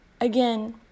again